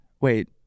Wait